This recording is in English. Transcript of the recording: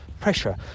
pressure